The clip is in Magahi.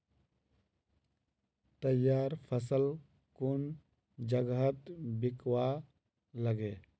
तैयार फसल कुन जगहत बिकवा लगे?